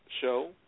show